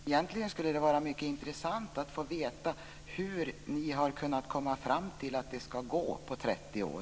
Fru talman! Det skulle vara mycket intressant att få veta hur ni har kunnat komma fram till att det ska gå på 30 år.